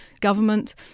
government